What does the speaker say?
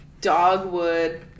dogwood